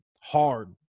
hard